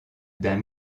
d’un